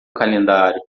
calendário